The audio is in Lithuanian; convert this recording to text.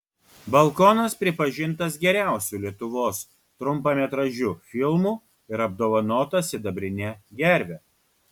balkonas pripažintas geriausiu lietuvos trumpametražiu filmu ir apdovanotas sidabrine gerve